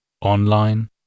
online